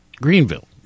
Greenville